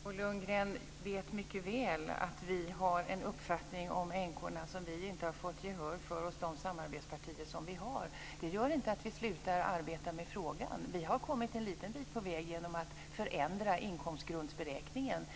Fru talman! Bo Lundgren vet mycket väl att vi har en uppfattning när det gäller änkorna som vi inte har fått gehör för hos de samarbetspartier som vi har. Det gör inte att vi slutar att arbeta med frågan. Vi har kommit en liten bit på väg genom att det har skett en förändring av inkomstgrundsberäkningen